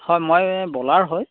হয় মই বলাৰ হয়